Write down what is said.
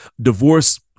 Divorce